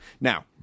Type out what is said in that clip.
Now